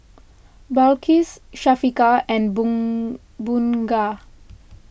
Balqis Syafiqah and Bun Bunga